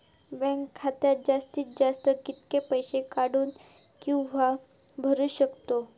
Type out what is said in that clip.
Bank खात्यात जास्तीत जास्त कितके पैसे काढू किव्हा भरू शकतो?